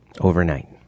overnight